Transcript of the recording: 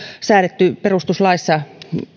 säädetty perustuslaissa